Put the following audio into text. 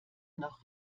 noch